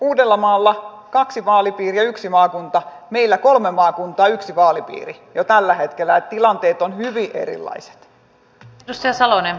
uudellamaalla on kaksi vaalipiiriä yksi maakunta meillä kolme maakuntaa yksi vaalipiiri jo tällä hetkellä eli tilanteet ovat hyvin erilaiset